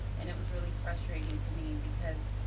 and it was really frustrating to me because,